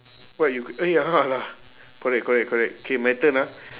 what you eh ya lah correct correct correct K my turn ah